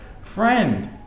Friend